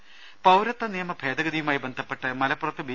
രദ്ദേഷ്ടങ പൌരത്വ നിയമ ഭേദഗതിയുമായി ബന്ധപ്പെട്ട് മലപ്പുറത്ത് ബി